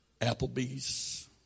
Applebee's